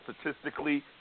statistically